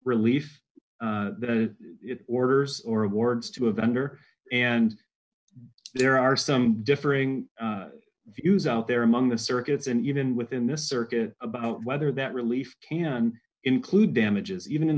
relief orders or awards to a vendor and there are some differing views out there among the circuits and even within this circuit about whether that relief can include damages even in